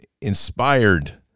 inspired